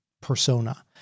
persona